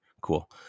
cool